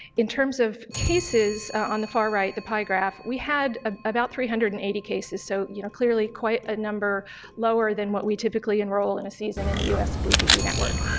in terms of cases, on the far right, the pie graph, we had ah about three hundred and eighty cases so you know clearly quite a number lower than what we typically enroll in a season in the us flu ve network,